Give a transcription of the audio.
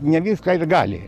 ne viską ir gali